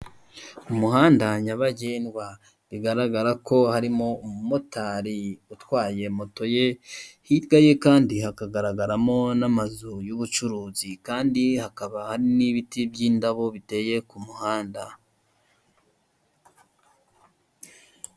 Umuhanda nyabagendwa bigaragara ko harimo umumotari utwaye moto ye hirya ye kandi hakagaragaramo n'amazu y'ubucuruzi kandi hakaba hari n'ibiti by'indabo biteye ku muhanda.